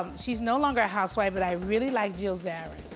um she's no longer a housewife but i really like jill zarin.